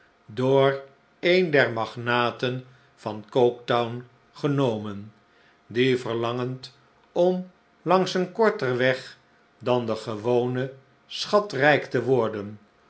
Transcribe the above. door een der magnaten van coketown genomen die verlangend om langs een korter weg dan den gewonen schatrijk te worden